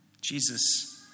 Jesus